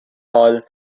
hall